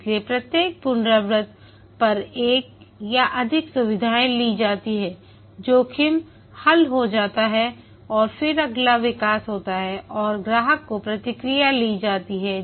इसलिए प्रत्येक पुनवृत्ति पर एक या अधिक सुविधाएँ ली जाती हैं जोखिम हल हो जाता है और फिर अगला विकास होता है और ग्राहकों की प्रतिक्रिया ली जाती है